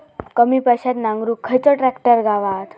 कमी पैशात नांगरुक खयचो ट्रॅक्टर गावात?